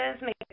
make